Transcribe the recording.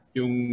yung